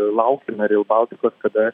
laukiame reil baltikos kada